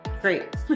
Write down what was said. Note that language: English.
Great